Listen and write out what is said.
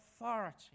authority